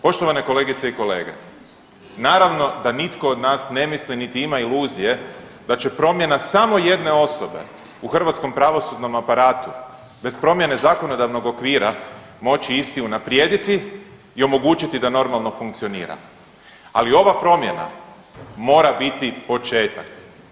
Poštovane kolegice i kolege, naravno da nitko od nas ne misli niti ima iluzije da će promjena samo jedne osobe u hrvatskom pravosudnom aparatu bez promjene zakonodavnog okvira moći isti unaprijediti i omogućiti da normalno funkcionira, ali ova promjena mora biti početak.